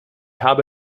habe